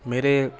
मेरे